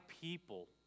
people